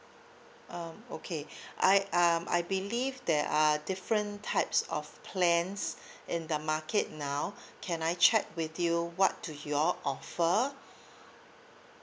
um okay I um I believe there are different types of plans in the market now can I check with you what do you all offer